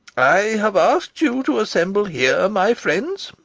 i have asked you to assemble here, my friends,